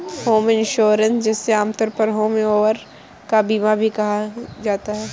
home insurance जिसे आमतौर पर होमओनर का बीमा भी कहा जाता है